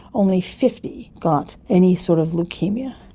only fifty got any sort of leukaemia.